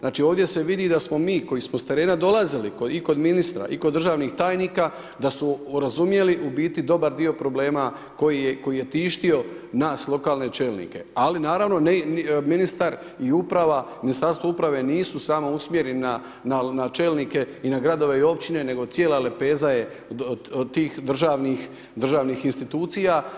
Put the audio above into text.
Znači ovdje se vidi da smo mi koji smo sa terena dolazili i kod ministra i kod državnih tajnika da su razumjeli u biti dobar dio problema koji je tištio nas lokalne čelnike, ali naravno ministar i uprava, Ministarstvo uprave nisu samo usmjereni na čelnike i na gradove i općine, nego cijela lepeza je od tih državnih institucija.